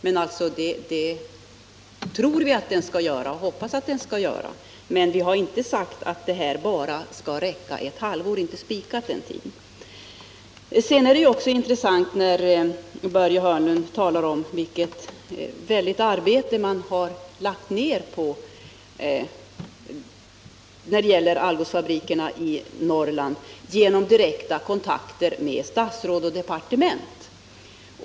Vi tror och hoppas att den skall göra det, men vi har inte spikat tiden ett halvår. Det är också intressant att höra Börje Hörnlund tala om vilket stort arbete han har lagt ned på Algotsfabrikerna i Norrland genom direkta kontakter med statsråd och departement.